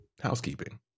Housekeeping